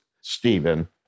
Stephen